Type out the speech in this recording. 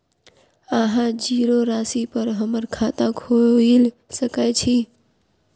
अहाँ जीरो राशि पर हम्मर खाता खोइल सकै छी?